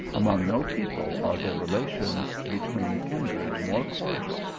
among no people are the relations between kindred more cordial,